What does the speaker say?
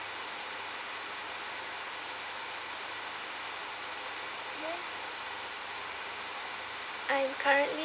I'm currently